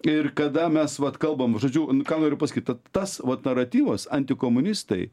ir kada mes vat kalbam žodžiu ką noriu pasakyt ta tas vat naratyvas antikomunistai